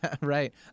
Right